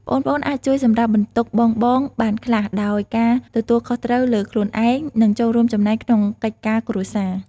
ប្អូនៗអាចជួយសម្រាលបន្ទុកបងៗបានខ្លះ ដោយការទទួលខុសត្រូវលើខ្លួនឯង និងចូលរួមចំណែកក្នុងកិច្ចការគ្រួសារ។